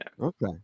Okay